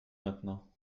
maintenant